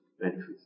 benefits